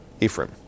Ephraim